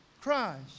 Christ